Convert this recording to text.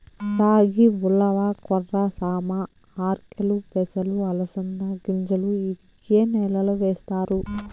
రాగి, ఉలవ, కొర్ర, సామ, ఆర్కెలు, పెసలు, అలసంద గింజలు ఇవి ఏ నెలలో వేస్తారు?